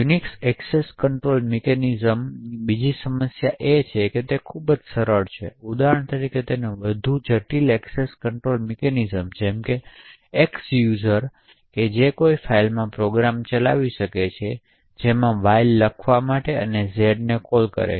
Unix access control મિકેનિઝમ્સની બીજી સમસ્યા એ છે કે તે ખૂબ જ સરળ છે તેથી ઉદાહરણ તરીકે વધુ જટિલ એક્સેસ કન્ટ્રોલ મિકેનિઝમ્સ જેમ કે X યુઝર જે ફાઇલોમાં પ્રોગ્રામ્સ ચલાવી શકે છે જેમાં Y લખવા માટે Z ને કોલ કરે